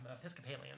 Episcopalian